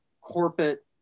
corporate